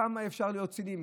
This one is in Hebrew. כמה אפשר להיות ציניים?